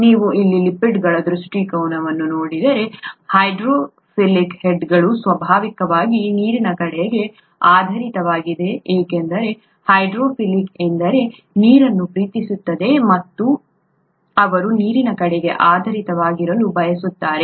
ನೀವು ಇಲ್ಲಿ ಲಿಪಿಡ್ಗಳ ದೃಷ್ಟಿಕೋನವನ್ನು ನೋಡಿದರೆ ಹೈಡ್ರೋಫಿಲಿಕ್ ಹೇಡ್ಗಳು ಸ್ವಾಭಾವಿಕವಾಗಿ ನೀರಿನ ಕಡೆಗೆ ಆಧಾರಿತವಾಗಿವೆ ಏಕೆಂದರೆ ಹೈಡ್ರೋಫಿಲಿಕ್ ಎಂದರೆ ನೀರನ್ನು ಪ್ರೀತಿಸುತ್ತದೆ ಮತ್ತು ಅವರು ನೀರಿನ ಕಡೆಗೆ ಆಧಾರಿತವಾಗಿರಲು ಬಯಸುತ್ತಾರೆ